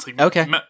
Okay